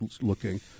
looking